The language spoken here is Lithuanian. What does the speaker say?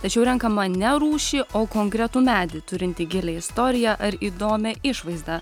tačiau renkama ne rūšį o konkretų medį turintį gilią istoriją ar įdomią išvaizdą